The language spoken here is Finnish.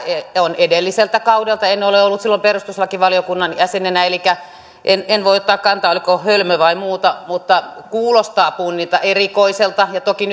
on edelliseltä kaudelta en ole ollut silloin perustuslakivaliokunnan jäsenenä elikkä en en voi ottaa kantaa oliko tämä hölmö vai muuta mutta kuulostaa erikoiselta punninnalta ja toki